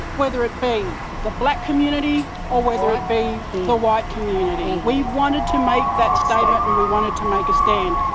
whether it be the black community or whether it be the white community, we wanted to make that statement and we wanted to make a stand.